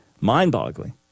mind-boggling